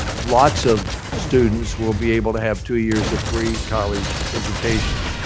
lots of students will be able to have two years of free college education.